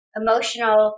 emotional